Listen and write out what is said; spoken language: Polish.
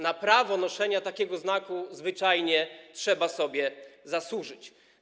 Na prawo noszenia takiego znaku zwyczajnie trzeba sobie zasłużyć.